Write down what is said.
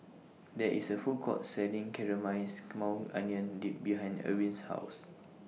There IS A Food Court Selling Caramelized Maui Onion Dip behind Erwin's House